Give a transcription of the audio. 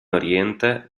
oriente